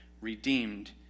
redeemed